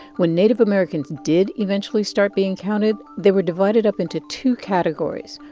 when native americans did eventually start being counted, they were divided up into two categories.